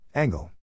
Angle